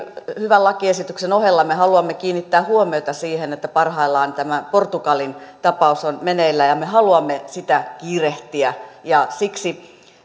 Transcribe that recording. hyvän lakiesityksen ohella me haluamme kiinnittää huomiota siihen että parhaillaan tämä portugalin tapaus on meneillään ja me haluamme sitä kiirehtiä ja siksi